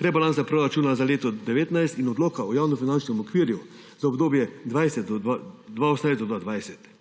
rebalansa proračuna za leto 2019 in Odloka o javnofinančnem okvirju za obdobje 2018 do 2020.